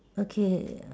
okay